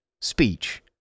speech